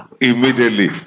immediately